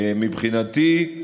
מבחינתי,